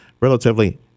relatively